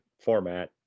format